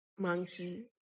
Monkey